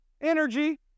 energy